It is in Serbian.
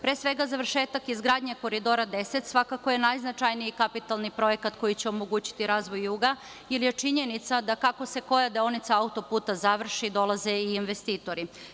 Pre svega završetak izgradnje Koridora 10, svakako je najznačajniji kapitalni projekat koji će omogućiti razvoj juga, jer je činjenica da kako se koja deonica autoputa završi dolaze i investitori.